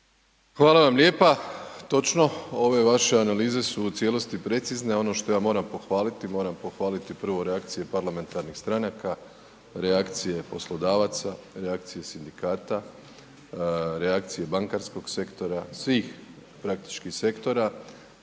Hvala vam lijepa. Točno, ove vaše analize su u cijelosti precizne. Ono što ja moram pohvaliti, moram pohvaliti prvo reakcije parlamentarnih stranaka, reakcije poslodavaca, reakcije sindikata, reakcije bankarskog sektora, svih praktički sektora